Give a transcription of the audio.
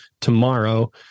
tomorrow